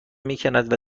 میکند